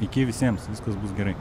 iki visiems viskas bus gerai